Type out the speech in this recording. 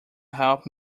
help